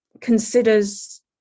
considers